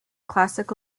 classic